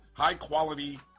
High-quality